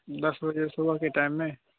दस बजे सुबह के टाइम में